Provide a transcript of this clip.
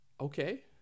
Okay